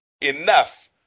enough